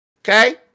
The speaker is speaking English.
Okay